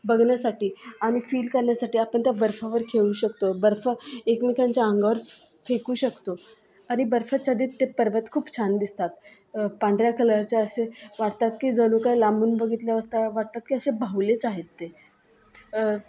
बघण्यासाठी आणि फील करण्यासाठी आपण त्या बर्फावर खेळू शकतो बर्फ एकमेकांच्या अंगावर फेकू शकतो आणि बर्फाच्छादित ते पर्वत खूप छान दिसतात पांढऱ्या कलरचे असे वाटतात की जणू काही लांबून बघितल्यावर वाटतात की असे बाहुलेच आहेत ते